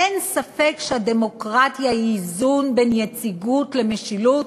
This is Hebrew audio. אין ספק שהדמוקרטיה היא איזון בין יציגות למשילות,